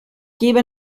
gebe